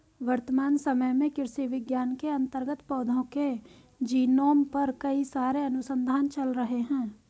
वर्तमान समय में कृषि विज्ञान के अंतर्गत पौधों के जीनोम पर कई सारे अनुसंधान चल रहे हैं